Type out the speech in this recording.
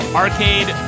arcade